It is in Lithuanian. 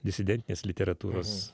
disidentinės literatūros